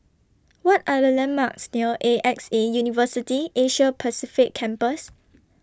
What Are The landmarks near A X A University Asia Pacific Campus